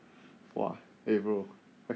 !wah! eh bro